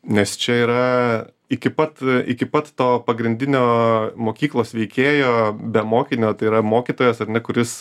nes čia yra iki pat iki pat to pagrindinio mokyklos veikėjo be mokinio tai yra mokytojas ar ne kuris